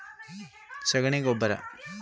ಶೇಂಗಾ ಬಿತ್ತನೆಗೆ ಯಾವ ರಸಗೊಬ್ಬರವನ್ನು ಹಾಕುವುದು ಉತ್ತಮ?